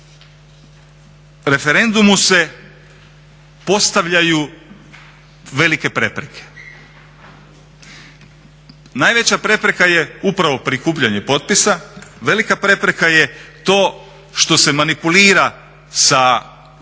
referendumu se postavljaju velike prepreke. Najveća prepreka je upravo prikupljanje potpisa, velika prepreka je to što se manipulira sa pitanjem,